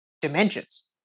dimensions